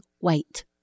wait